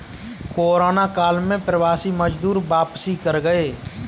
corona काल में प्रवासी मजदूर वापसी कर गए